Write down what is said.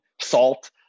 salt